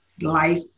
life